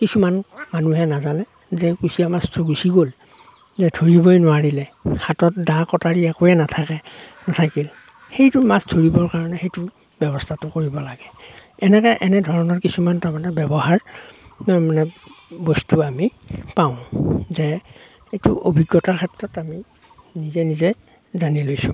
কিছুমান মানুহে নাজানে যে কুচীয়া মাছটো গুচি গ'ল যে ধৰিবই নোৱাৰিলে হাতত দা কটাৰী একোৱে নাথাকে নাথাকিল সেইটো মাছ ধৰিবৰ কাৰণে সেইটো ব্যৱস্থাটো কৰিব লাগে এনেকৈ এনে ধৰণৰ কিছুমান তাৰ মানে ব্যৱহাৰ বস্তু আমি পাওঁ যে এইটো অভিজ্ঞতাৰ ক্ষেত্ৰত আমি নিজে নিজেই জানি লৈছোঁ